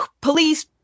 police